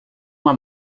uma